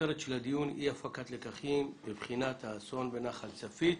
כותרת הדיון היא אי הפקת לקחים בבחינת האסון בנחל צפית.